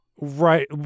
right